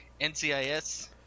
NCIS